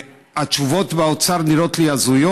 התשובות באוצר נראות לי הזויות.